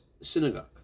synagogue